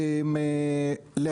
דבר שלישי,